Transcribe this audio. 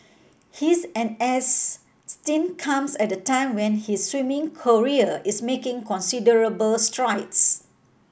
his N S stint comes at a time when his swimming career is making considerable strides